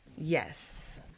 Yes